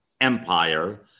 empire